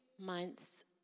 months